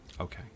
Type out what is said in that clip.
Okay